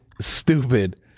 stupid